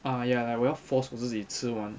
ah ya like 我要 force 我自己吃完